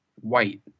white